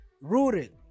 rooted